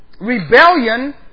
rebellion